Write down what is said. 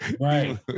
Right